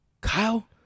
Kyle